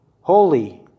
holy